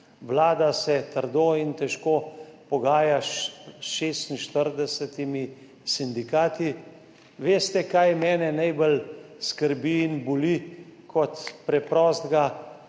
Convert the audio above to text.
Vlada se trdo in težko pogaja s 46 sindikati. Veste, kaj mene najbolj skrbi in boli kot preprostega